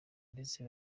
ndetse